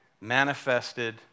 manifested